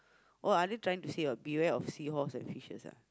oh are they trying to say what beware of seahorse and fishes ah